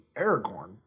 Aragorn